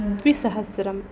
द्विसहस्रं